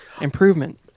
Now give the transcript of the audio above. improvement